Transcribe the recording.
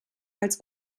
als